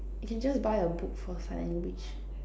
you can just buy a book for sign language